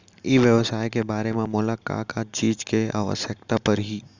ई व्यवसाय करे बर मोला का का चीज के आवश्यकता परही?